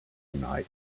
deny